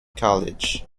college